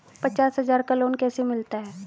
पचास हज़ार का लोन कैसे मिलता है?